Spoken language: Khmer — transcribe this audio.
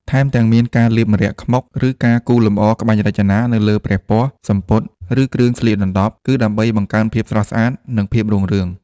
ថែមទាំងមាន ការលាបម្រ័ក្សណ៍ខ្មុក ឬការគូរលម្អក្បាច់រចនានៅលើព្រះពស្ត្រ សំពត់ ឬគ្រឿងស្លៀកដណ្ដប់ គឺដើម្បីបង្កើនភាពស្រស់ស្អាត និងភាពរុងរឿង។